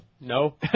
No